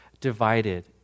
divided